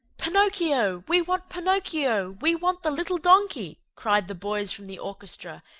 pinocchio! we want pinocchio! we want the little donkey! cried the boys from the orchestra,